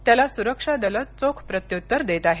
त्याला सुरक्षा दलं चोख प्रत्युत्तर देत आहेत